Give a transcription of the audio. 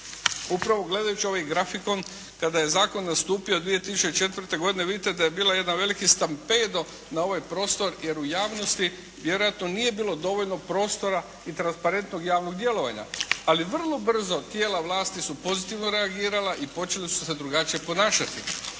upravo gledajući ovaj grafikon kada je zakon nastupio 2004. godine vidite da je bio jedan veliki stampedo na ovaj prostor, jer u javnosti vjerojatno nije bilo dovoljno prostora i transparentnog javnog djelovanja, ali vrlo brzo tijela vlasti su pozitivno reagirala i počela su se drugačije ponašati.